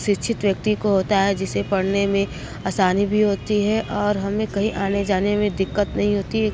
शिक्षित व्यक्ति को होता है जिसे पढ़ने में आसानी भी होती है और हमें कहीं आने जाने में दिक्कत नहीं होती